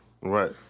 Right